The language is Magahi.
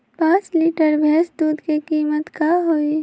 पाँच लीटर भेस दूध के कीमत का होई?